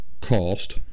cost